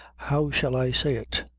how shall i say it,